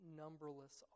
numberless